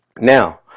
now